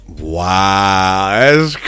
Wow